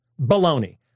Baloney